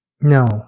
No